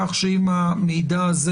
כך שאם המידע הזה